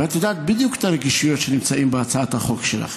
ואת יודעת בדיוק את הרגישויות בהצעת החוק שלך.